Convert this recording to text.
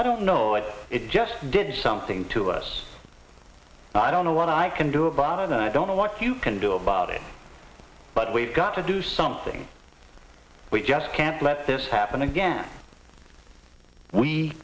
i don't know what it just did something to us i don't know what i can do about it i don't know what you can do about it but we've got to do something we just can't let this happen again we